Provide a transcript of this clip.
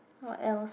what else